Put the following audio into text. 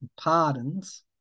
pardons